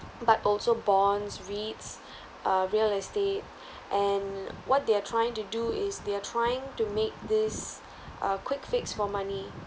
but also bonds reads err real estate and what they are trying to do is they are trying to make this uh quick fix for money